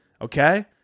okay